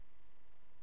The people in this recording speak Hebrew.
עכשיו.